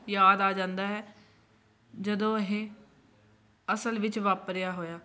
ਯਾਦ ਆ ਜਾਂਦਾ ਹੈ ਜਦੋਂ ਇਹ ਅਸਲ ਵਿੱਚ ਵਾਪਰਿਆ ਹੋਇਆ